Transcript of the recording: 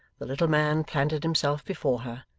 the little man planted himself before her,